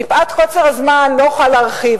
מפאת קוצר הזמן לא אוכל להרחיב,